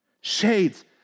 Shades